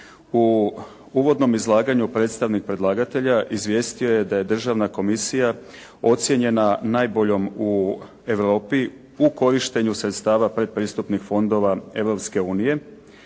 U uvodnom izlaganju predstavnik predlagatelja izvijestio je da je državna komisija ocjenjena najboljom u Europi u korištenju sredstava pred pristupnih fondova